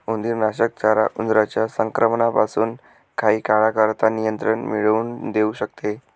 उंदीरनाशक चारा उंदरांच्या संक्रमणापासून काही काळाकरता नियंत्रण मिळवून देऊ शकते